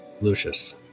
Lucius